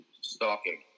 stalking